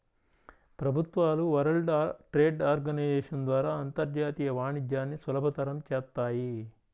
ప్రభుత్వాలు World Trade Organization ద్వారా అంతర్జాతీయ వాణిజ్యాన్ని సులభతరం చేత్తాయి